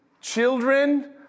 children